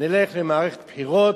נלך למערכת בחירות,